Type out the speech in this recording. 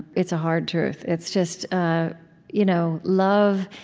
it's a hard truth. it's just ah you know love